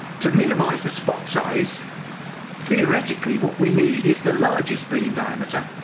to minimize the spot size theoretically what we need is the largest beam diameter,